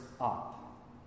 up